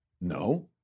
No